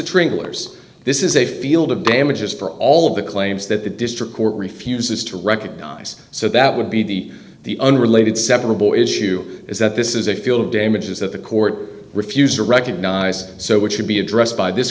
trailers this is a field of damages for all of the claims that the district court refuses to recognize so that would be the the unrelated separable issue is that this is a field damages that the court refused to recognize and so what should be addressed by this